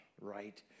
right